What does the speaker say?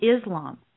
Islam